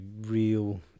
real